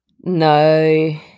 no